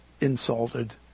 insulted